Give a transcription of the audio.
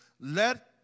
let